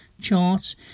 charts